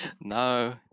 No